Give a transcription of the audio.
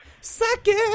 Second